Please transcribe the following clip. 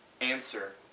answer